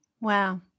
Wow